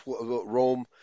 Rome